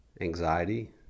anxiety